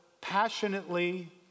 passionately